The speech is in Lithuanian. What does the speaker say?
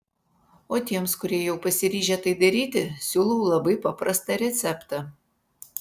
o tiems kurie jau pasiryžę tai daryti siūlau labai paprastą receptą